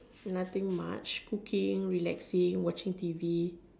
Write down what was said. nothing much cooking relaxing watching T V